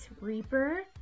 Reaper